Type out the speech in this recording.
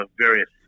various